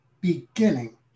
beginning